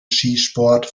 skisport